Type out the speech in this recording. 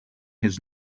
his